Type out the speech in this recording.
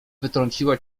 wytrąciła